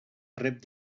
rep